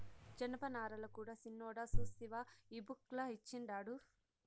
జనపనారల కూడా సిన్నోడా సూస్తివా ఈ బుక్ ల ఇచ్చిండారు